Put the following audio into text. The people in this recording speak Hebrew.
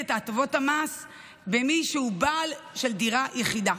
את הטבות המס במי שהוא בעל דירה יחידה,